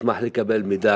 אשמח לקבל מידע